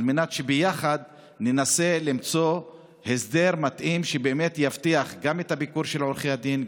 על מנת שביחד ננסה למצוא הסדר מתאים שיבטיח גם את הביקור של עורכי הדין,